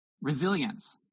resilience